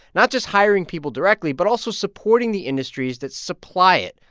not just hiring people directly, but also supporting the industries that supply it,